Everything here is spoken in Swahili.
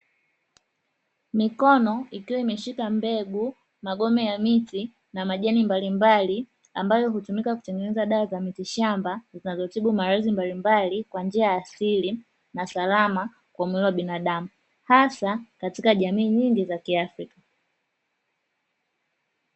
Mikono ikiwa imeshika mbegu, magome ya miti na majani mbalimbali; ambayo hutumika kutengeneza dawa za miti shamba zinazotibu maradhi mbalimbali kwa njia ya asili na salama kwa mwili wa binadamu, hasa katika jamii nyingi za kiafrika.